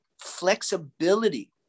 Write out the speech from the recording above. flexibility